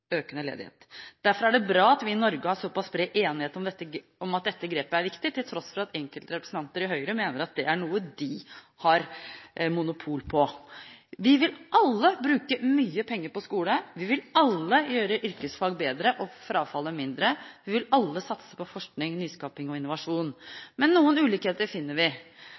Derfor er det bra at vi i Norge har såpass bred enighet om at dette grepet er viktig, til tross for at enkeltrepresentanter i Høyre mener at det er noe de har monopol på. Vi vil alle bruke mye penger på skole. Vi vil alle gjøre yrkesfag bedre og frafallet mindre. Vi vil alle satse på forskning, nyskaping og innovasjon. Men noen ulikheter finner vi.